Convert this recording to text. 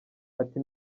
ati